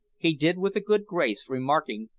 he did with a good grace, remarking,